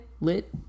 lit